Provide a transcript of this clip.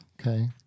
Okay